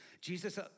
Jesus